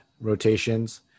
rotations